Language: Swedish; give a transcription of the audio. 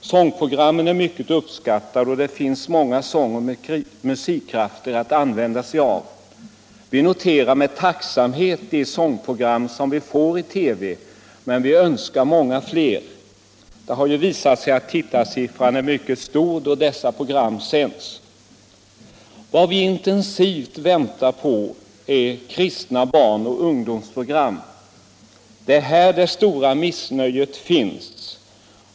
Sångprogrammen är mycket uppskattade, och det finns många sångoch musikkrafter att använda sig av. Vi noterar med tacksamhet de sångprogram vi får i TV men vi önskar många fler. Det har ju visat sig att tittarsiffrorna är mycket stora när dessa program sänds. Vad vi intensivt väntar på är kristna barnoch ungdomsprogram. Det är här det stora missnöjet finns.